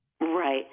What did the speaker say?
Right